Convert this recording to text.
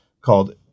called